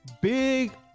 Big